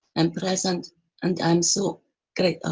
and present and i'm so gratef.